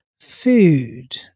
food